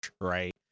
right